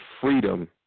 freedom